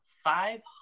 five